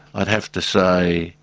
i'd have to say,